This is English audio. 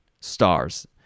stars